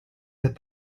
that